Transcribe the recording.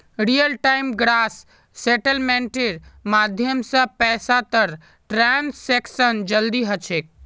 real time gross सेटलमेंटेर माध्यम स पैसातर ट्रांसैक्शन जल्दी ह छेक